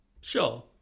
Sure